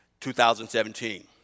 2017